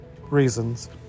reasons